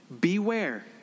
Beware